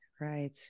right